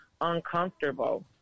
uncomfortable